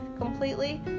Completely